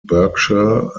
berkshire